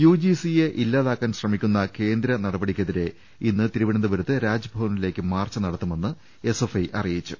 UGC യെ ഇല്ലാതാക്കാൻ ശ്രമിക്കുന്ന കേന്ദ്രനടപടിക്കെതിരെ ഇന്ന് തിരുവനന്തപുരത്ത് രാജ്ഭവനിലേക്ക് മാർച്ച് നടത്തുമെന്ന് എസ്എഫ്ഐ അറിയിച്ചു